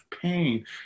pain